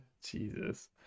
Jesus